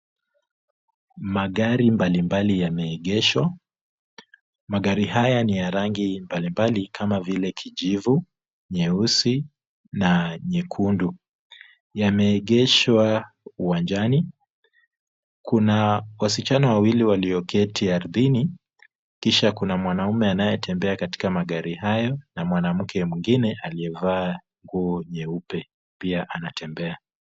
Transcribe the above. Magari mbalimbali yameegeshwa, magari haya ni ya rangi mbalimbali kama vile kijivu, nyeusi na nyekundu yameegeshwa uwanjani, kuna wasichana wawili walio keti ardhini kisha kuna mwanaume anayetembea katika magari hayo na mwanamke mwingine aliyevaa nguo nyeupe pia anatembea.